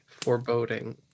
foreboding